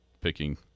picking